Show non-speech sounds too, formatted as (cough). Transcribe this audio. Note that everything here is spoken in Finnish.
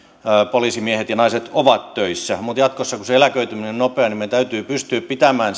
poliisimiehet ja naiset ovat töissä mutta jatkossa kun se eläköityminen on nopeaa meidän täytyy pystyä pitämään (unintelligible)